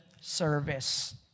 service